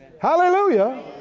hallelujah